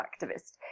activist